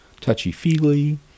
touchy-feely